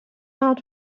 out